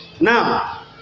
Now